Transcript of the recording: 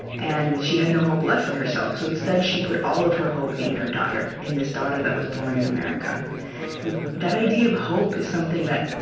and she had no hope left for herself. so instead, she put all of her hope in her daughter, in this daughter that was born in america that idea of hope is something that,